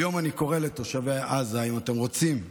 היום אני קורא לתושבי עזה: אם אתם רוצים לחיות,